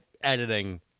editing